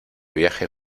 viaje